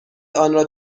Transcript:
آنرا